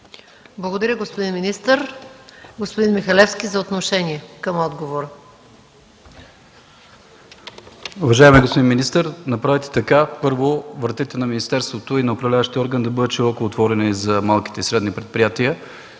Благодаря Ви, господин министър. Господин Михалевски – за отношение към отговора.